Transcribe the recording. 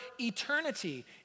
eternity